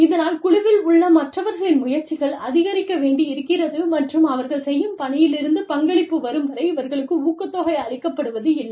இதனால் குழுவில் உள்ள மற்றவர்களின் முயற்சிகள் அதிகரிக்க வேண்டி இருக்கிறது மற்றும் அவர்கள் செய்யும் பணியிலிருந்து பங்களிப்பு வரும் வரை இவர்களுக்கு ஊக்கத்தொகை அளிக்கப்படுவது இல்லை